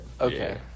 Okay